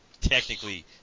technically